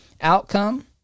outcome